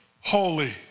holy